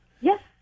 Yes